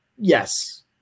yes